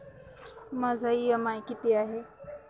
माझा इ.एम.आय किती आहे?